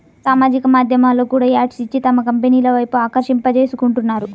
సామాజిక మాధ్యమాల్లో కూడా యాడ్స్ ఇచ్చి తమ కంపెనీల వైపు ఆకర్షింపజేసుకుంటున్నారు